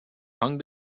hung